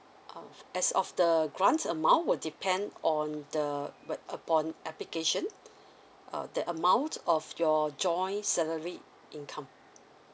uh as of the grant amount will depend on the would upon application uh the amount of your joints salary income